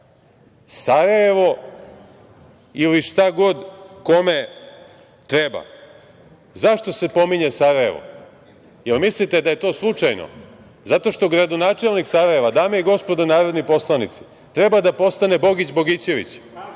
Sarajevo ili šta god kome treba.Zašto se pominje Sarajevo? Jel mislite da je to slučajno? Zato što gradonačelnik Sarajeva, dame i gospodo narodni poslanici, treba da postane Bogić Bogićević,